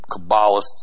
Kabbalist